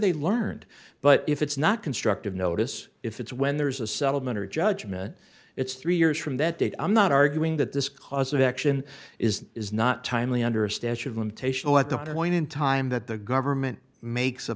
they learned but if it's not constructive notice if it's when there's a settlement or judgement it's three years from that date i'm not arguing that this cause of action is is not timely under a statue of limitation let the one in time that the government makes a